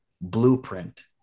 blueprint